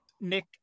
Nick